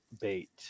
bait